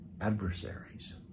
adversaries